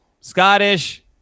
Scottish